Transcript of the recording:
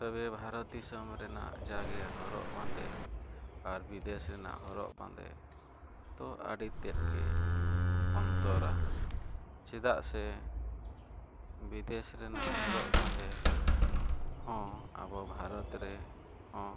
ᱛᱚᱵᱮ ᱵᱷᱟᱨᱚᱛ ᱫᱤᱥᱚᱢ ᱨᱮᱱᱟᱜ ᱡᱟ ᱜᱮ ᱦᱚᱨᱚᱜᱼᱵᱟᱸᱫᱮ ᱟᱨ ᱵᱤᱫᱮᱥ ᱨᱮᱱᱟᱜ ᱦᱚᱨᱚᱜ ᱵᱟᱸᱫᱮ ᱫᱚ ᱟᱹᱰᱤᱛᱮᱫ ᱜᱮ ᱚᱱᱛᱚᱨᱟ ᱪᱮᱫᱟᱜ ᱥᱮ ᱵᱤᱫᱮᱥ ᱨᱮᱱᱟᱜ ᱦᱚᱨᱚᱜᱼᱵᱟᱸᱫᱮ ᱦᱚᱸ ᱟᱵᱚ ᱵᱷᱟᱨᱚᱛ ᱨᱮᱦᱚᱸ